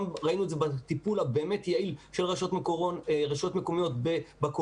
גם ראינו את זה בטיפול היעיל באמת של רשויות מקומיות בקורונה,